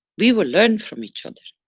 we will learn from each other.